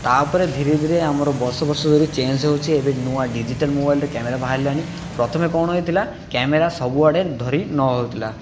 ତାପରେ ଧୀରେ ଧୀରେ ଆମର ବର୍ଷ ବର୍ଷ ଧରି ଚେଞ୍ଜ ହେଉଛି ଏବେ ନୂଆ ଡିଜିଟାଲ୍ ମୋବାଇଲରେ କ୍ୟାମେରା ବାହାରିଲାଣି ପ୍ରଥମେ କ'ଣ ହୋଇଥିଲା କ୍ୟାମେରା ସବୁଆଡ଼େ ଧରି ନ ହେଉଥିଲା